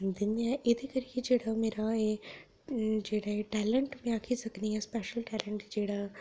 दिन्ने आं एह्दे करियै जेह्ड़ा मेरा एह् जेह्ड़ा एह् टैलेंट में आक्खी सकनी आं स्पैशल टैलेंट जेह्ड़ा